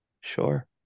sure